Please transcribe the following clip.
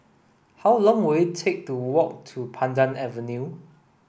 how long will it take to walk to Pandan Avenue